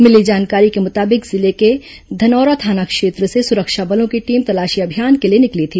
मिली जानकारी के मुताबिक जिले के धनौरा थाना क्षेत्र से सुरक्षा बलों की टीम तलाशी अभियान के लिए निकली थी